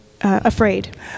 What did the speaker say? afraid